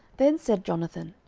then said jonathan,